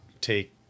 take